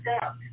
up